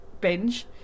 binge